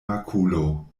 makulo